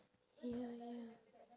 ya ya